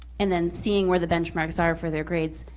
and then seeing where the benchmarks are for their grades.